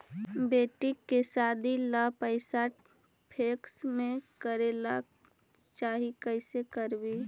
बेटि के सादी ल पैसा फिक्स करे ल चाह ही कैसे करबइ?